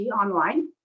online